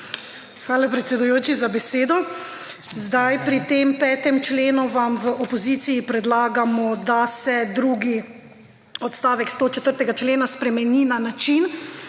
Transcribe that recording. Hvala, predsedujoči, za besedo. Zdaj pri tem 5. členu vam v opoziciji predlagamo, da se drugi odstavek 104. člena spremeni na način,